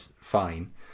fine